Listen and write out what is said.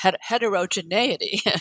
heterogeneity